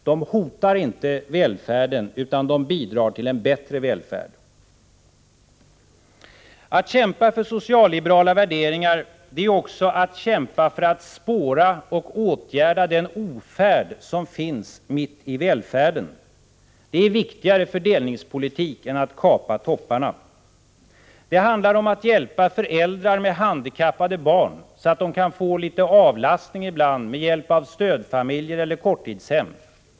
De hotar inte välfärden, utan de bidrar till en bättre välfärd. Att kämpa för socialliberala värderingar är också att kämpa för att spåra och åtgärda den ofärd som finns mitt i välfärden. Det är viktigare fördelningspolitik än att kapa topparna. Det handlar om att hjälpa föräldrar med handikappade barn, så att de kan få litet avlastning ibland med hjälp av stödfamiljer eller korttidshem.